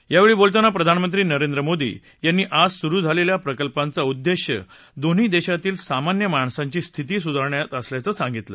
यावेळी बोलताना प्रधानमंत्री नरेंद्र मोदी यांनी आज सुरू झालेल्या प्रकल्पांचा उद्देश दोन्ही देशांतील सामान्य माणसांची स्थिती सुधारण्याचा असल्याचे सांगितले